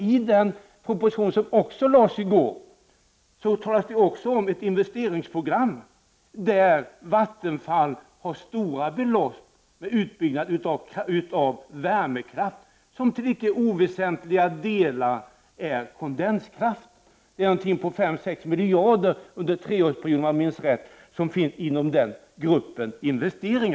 I den proposition som lades fram i går talas det också om ett investeringsprogram där Vattenfall får stora belopp för utbyggnad av värmekraft, som till icke oväsentliga delar är kondenskraft. Om jag minns rätt omfattar detta investeringsprogram ca 5-6 miljarder under en treårsperiod.